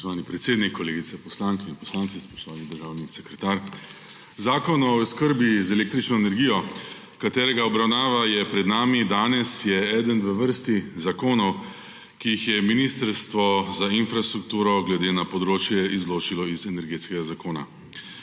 Spoštovani predsednik. Kolegice poslanke in poslanci, spoštovani državni sekretar! Zakon o oskrbi z električno energijo, katerega obravnava je pred nami danes, je eden v vrsti zakonov, ki jih je Ministrstvo za infrastrukturo glede na področje izločilo iz Energetskega zakona.